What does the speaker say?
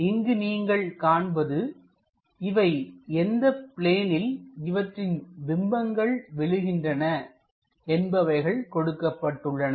இங்கு நீங்கள் காண்பது இவை எந்த பிளேனில் இவற்றின் பிம்பங்கள் விழுகின்றன என்பவைகள் கொடுக்கப்பட்டுள்ளன